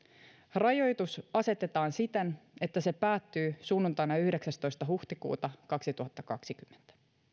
rajoitus asetetaan siten että se päättyy sunnuntaina yhdeksästoista huhtikuuta kaksituhattakaksikymmentä